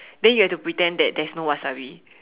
then you have to pretend that there's no wasabi